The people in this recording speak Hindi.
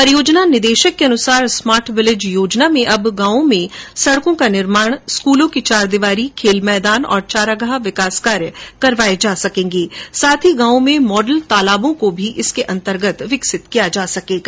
परियोजना निदेशक के अनुसार स्मार्ट विलेज योजना में आज गांवों में सड़कों का निर्माण स्कूलों की चारदिवारी खेल मैदान और चारागाह विकास कार्य करवाये जा सकेंगे साथ ही गांवों में मॉडल तालाबों को भी इसके अंतर्गत विकसित किया जायेगा